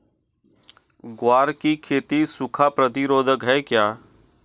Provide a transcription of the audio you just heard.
ग्वार की खेती सूखा प्रतीरोधक है क्या?